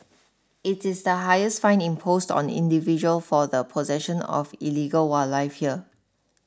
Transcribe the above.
it is the highest fine imposed on individual for the possession of illegal wildlife here